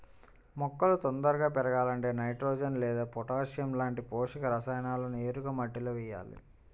మొక్కలు తొందరగా పెరగాలంటే నైట్రోజెన్ లేదా పొటాషియం లాంటి పోషక రసాయనాలను నేరుగా మట్టిలో వెయ్యాలి